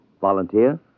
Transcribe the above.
volunteer